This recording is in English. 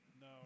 no